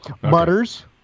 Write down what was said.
Butters